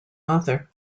author